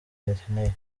bakeneye